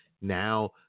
now